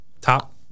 Top